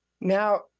Now